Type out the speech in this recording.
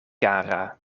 kara